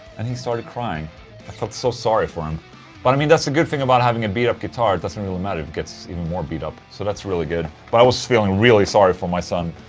and he started crying, i felt so sorry for him but i mean, that's a good thing about having a beat-up guitar, it doesn't really matter if it gets even more beat up so that's really good. but i was feeling really sorry for my son.